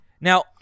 Now